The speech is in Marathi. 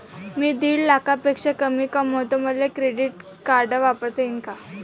मी दीड लाखापेक्षा कमी कमवतो, मले क्रेडिट कार्ड वापरता येईन का?